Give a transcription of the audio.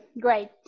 Great